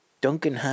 duncan